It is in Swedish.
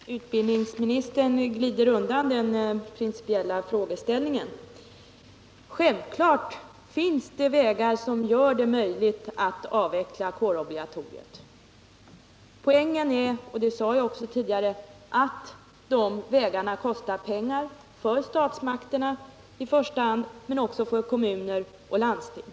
Herr talman! Utbildningsministern glider undan den principiella frågeställningen. Det är självklart att det finns vägar som gör det möjligt att avveckla kårobligatoriet. Poängen är — det sade jag också tidigare — att det kostar pengar för statsmakterna i första hand men också för kommuner och landsting.